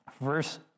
verse